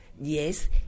yes